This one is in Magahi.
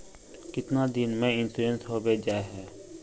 कीतना दिन में इंश्योरेंस होबे जाए है?